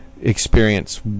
experience